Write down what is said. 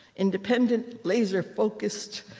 independent, laser-focused.